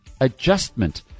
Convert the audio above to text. adjustment